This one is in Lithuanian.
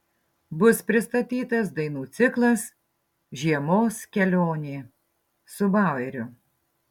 bus pristatytas dainų ciklas žiemos kelionė su baueriu